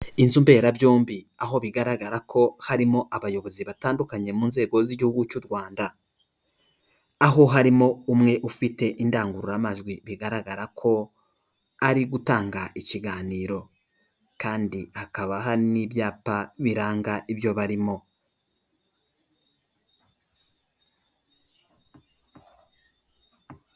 Inzu mberabyombi, aho bigaragara ko harimo abayobozi batandukanye mu nzego z'igihugu cy'u Rwanda, aho harimo umwe ufite indangururamajwi bigaragara ko ari gutanga ikiganiro, kandi hakaba hari n'ibyapa biranga ibyo barimo.